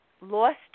lost